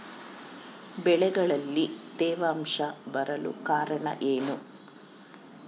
ಬೆಳೆಗಳಲ್ಲಿ ತೇವಾಂಶ ಬರಲು ಕಾರಣ ಏನು?